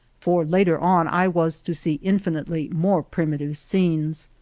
for later on i was to see infinitely more primitive scenes.